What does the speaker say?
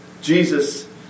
Jesus